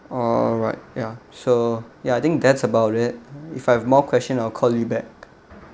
alright ya so ya I think that's about it if I have more question I'll call you back